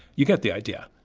you get the idea.